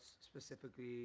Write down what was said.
specifically